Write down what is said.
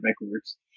backwards